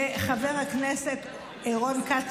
לחבר הכנסת רון כץ,